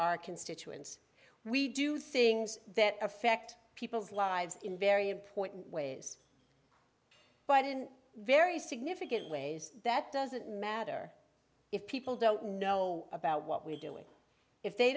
our constituents we do things that affect people's lives in very important ways but in very significant ways that doesn't matter if people don't know about what we're doing if they